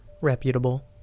Reputable